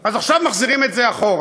אז עכשיו מחזירים את זה אחורה.